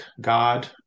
God